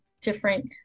different